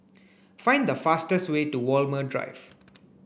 find the fastest way to Walmer Drive